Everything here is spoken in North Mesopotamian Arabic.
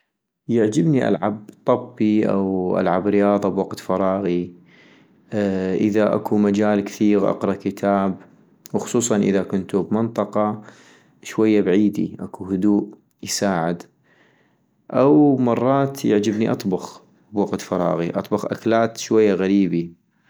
يعجبني ألعب طبي أو ألعب رياضة بوقت فراغي - اذا اكو مجال كثيغ اقرا كتاب وخصوصاً اذا كنتو لمنطقة شوية بعيدي، هدوء يساعد -او مرات يعجبني اطبخ بوقت فراغي ، اطبخ اكلات شوية غريبي